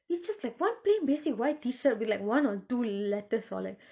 it's just like one plain basic white T shirt with like one or two letters or like